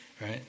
Right